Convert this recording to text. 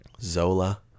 Zola